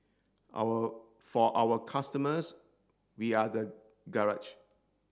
our for our customers we are the garage